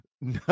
no